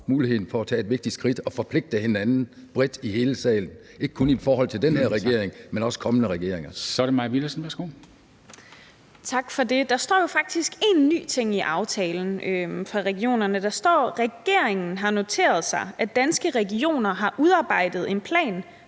muligheden for at tage et vigtigt skridt og forpligte hinanden bredt i hele salen, ikke kun i forhold til den her regering, men også kommende regeringer. Kl. 10:55 Formanden (Henrik Dam Kristensen): Så er det Mai Villadsen. Værsgo. Kl. 10:55 Mai Villadsen (EL): Tak for det. Der står jo faktisk én ny ting i aftalen for regionerne. Der står: »Regeringen har noteret sig, at Danske Regioner har udarbejdet en plan